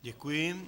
Děkuji.